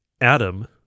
Adam